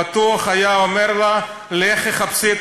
בטוח הוא היה אומר לה: לכי חפשי את